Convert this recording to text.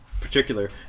particular